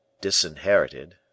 disinherited